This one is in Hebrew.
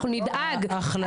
אנחנו נדאג לזה,